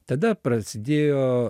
tada prasidėjo